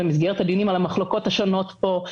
במסגרת הדיונים על המחלוקות השונות פה,